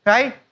Right